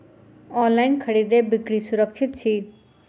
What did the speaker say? online खरीदै बिक्री सुरक्षित छी